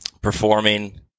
Performing